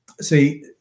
See